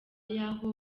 y’aho